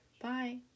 Bye